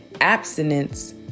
Abstinence